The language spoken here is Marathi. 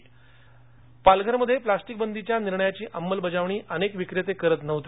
पालघर पालघरमध्ये प्लास्टिक बंदीच्या निर्णयाची अंमलबजावणी अनेक विक्रेते करत नव्हते